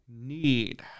need